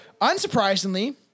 unsurprisingly